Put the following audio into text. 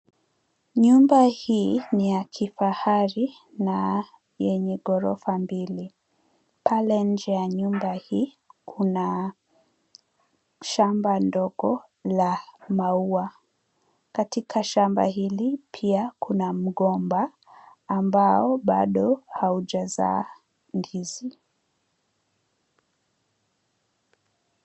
Nyumba hii ni ya kifahari na yenye ghorofa mbili. Pale nje ya nyumba hii kuna shamba ndogo la maua .Katika shamba hili pia kuna mgomba ambao bado haujazaa ndizi.